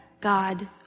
God